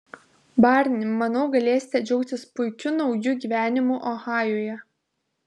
barni manau galėsite džiaugtis puikiu nauju gyvenimu ohajuje